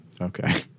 Okay